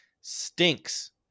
stinks